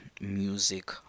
music